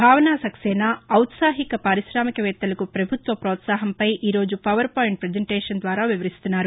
భావనా సక్సేనా ఔత్సాహిక పార్కాశామికవేత్తలకు ప్రభుత్వ ప్రోత్సాహంపై ఈ రోజు పవర్పాయింట్ పజెంబేషన్ ద్వారా వివరిస్తున్నారు